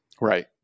Right